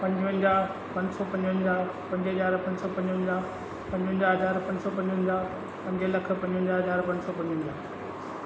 पंजवंजाहु पंज सौ पंजवंजाहु पंज हज़ार पंज सौ पंजवंजाहु पंजवंजाहु हज़ार पंज सौ पंजवंजाहु पंज लखु पंजवंजाहु हज़ार पंज सौ पंजवंजाहु